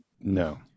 No